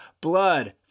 blood